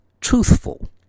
truthful